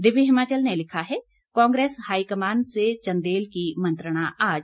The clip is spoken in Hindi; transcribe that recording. दिव्य हिमाचल ने लिखा है कांग्रेस हाईकमान से चंदेल की मंत्रणा आज